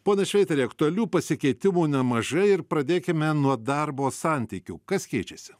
ponas šveiteri aktualių pasikeitimų nemažai ir pradėkime nuo darbo santykių kas keičiasi